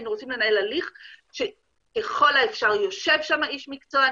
היינו רוצים לנהל הליך שככל האפשר יושב שם איש מקצוע,